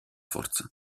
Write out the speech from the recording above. forza